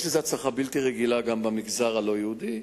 יש לזה הצלחה בלתי רגילה גם במגזר הלא-יהודי.